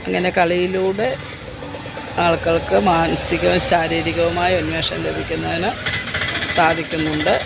അങ്ങനെ കളിയിലൂടെ ആളുകൾക്ക് മാനസികവും ശാരീരികവുമായ ഉന്മേഷം ലഭിക്കുന്നതിന് സാധിക്കുന്നുണ്ട്